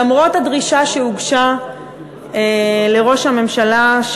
למרות הדרישה שהוגשה לראש הממשלה,